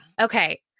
Okay